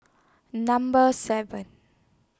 Number seven